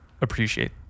appreciate